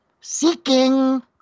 seeking